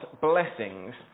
blessings